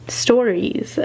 stories